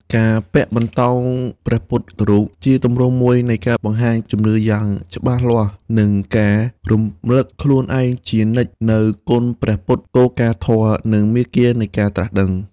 ការពាក់បន្តោងព្រះពុទ្ធរូប ជាទម្រង់មួយនៃការបង្ហាញជំនឿយ៉ាងច្បាស់លាស់ និងការរំឭកខ្លួនឯងជានិច្ច នូវគុណព្រះពុទ្ធ គោលការណ៍ធម៌ និងមាគ៌ានៃការត្រាស់ដឹង។